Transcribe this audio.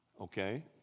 okay